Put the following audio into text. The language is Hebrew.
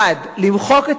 1. למחוק את